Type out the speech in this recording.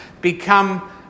become